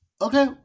Okay